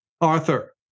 Arthur